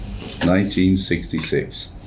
1966